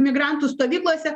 migrantų stovyklose